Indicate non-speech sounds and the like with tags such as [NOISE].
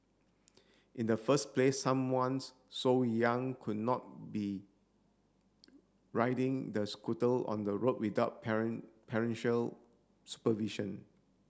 in the first place someone's so young could not be riding the [UNINTELLIGIBLE] on the road without [UNINTELLIGIBLE] supervision